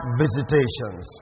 visitations